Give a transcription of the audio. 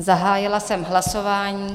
Zahájila jsem hlasování.